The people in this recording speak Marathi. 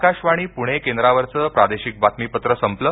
आकाशवाणी पुणे केंद्रावरच प्रादेशिक बातमीपत्र संपलं